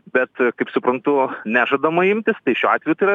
bet kaip suprantu nežadama imtis tai šiuo atveju tai